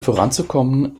voranzukommen